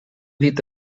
dit